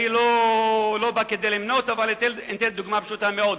אני לא בא למנות, אבל אני אתן דוגמה פשוטה מאוד,